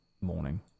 morning